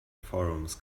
forums